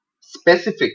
specific